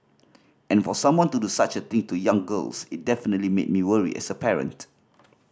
and for someone to do such a thing to young girls it definitely made me worry as a parent